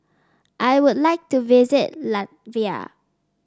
I would like to visit Latvia